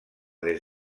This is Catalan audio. des